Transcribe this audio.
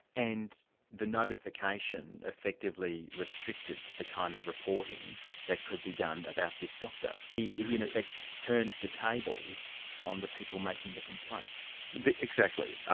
and the notification effectively restricted the kind of reporting that could be done about this doctor? he he in effect, turned the tables on the people making the complaints. exactly.